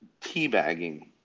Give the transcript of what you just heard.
teabagging